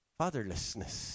fatherlessness